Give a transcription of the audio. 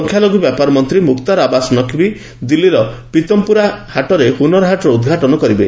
ସଂଖ୍ୟାଲଘୁ ବ୍ୟାପାର ମନ୍ତ୍ରୀ ମୁକ୍ତାର ଆବାସ୍ ନକ୍ବୀ ଦିଲ୍ଲୀର ପିତମ୍ପୁରା ହାଟରେ ହୁନରହାଟ୍ର ଉଦ୍ଘାଟନ କରିବେ